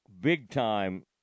big-time